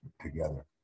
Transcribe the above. together